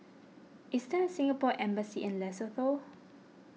is there a Singapore Embassy in Lesotho